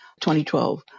2012